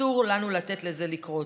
ואסור לנו לתת לזה לקרות.